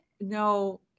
No